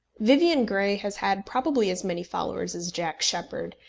vivian grey has had probably as many followers as jack sheppard,